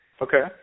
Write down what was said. Okay